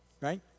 right